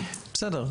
בסדר,